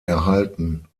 erhalten